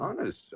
Honest